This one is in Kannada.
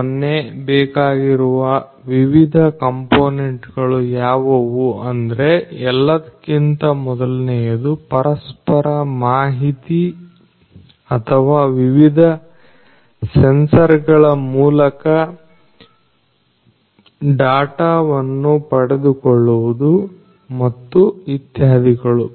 0 ಬೇಕಾಗಿರುವ ವಿವಿಧ ಕಂಪೋನೆಂಟ್ ಗಳು ಯಾವುವು ಅಂದ್ರೆ ಎಲ್ಲದಕ್ಕಿಂತ ಮೊದಲನೆಯದು ಪರಸ್ಪರ ಮಾಹಿತಿ ಅಥವಾ ವಿವಿಧ ಸೆನ್ಸರ್ ಗಳ ಮೂಲಕ ಡಾಟಾವನ್ನು ಪಡೆದುಕೊಳ್ಳುವುದು ಮತ್ತು ಇತ್ಯಾದಿಗಳು